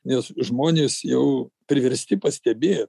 nes žmonės jau priversti pastebėt